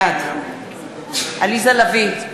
בעד עליזה לביא,